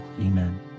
Amen